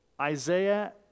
Isaiah